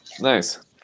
Nice